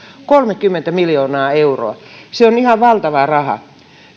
kolmekymmentä miljoonaa euroa se on ihan valtava raha